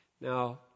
Now